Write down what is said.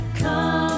come